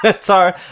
Sorry